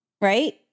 right